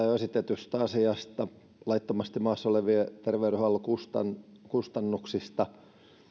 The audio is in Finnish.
jo esitetystä asiasta laittomasti maassa olevien terveydenhuollon kustannuksista